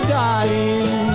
dying